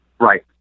Right